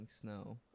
snow